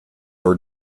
are